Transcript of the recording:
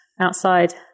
Outside